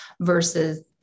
versus